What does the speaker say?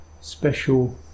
special